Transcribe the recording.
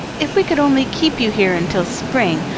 if we could only keep you here until spring,